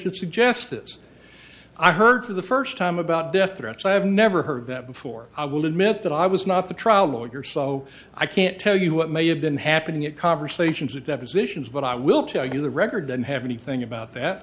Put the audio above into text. that suggests this i heard for the first time about death threats i have never heard of that before i will admit that i was not the trial lawyer so i can't tell you what may have been happening at conversations with depositions but i will tell you the record and have anything about that